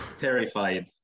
terrified